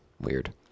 Weird